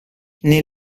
nel